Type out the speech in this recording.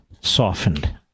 softened